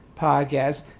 podcast